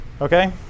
Okay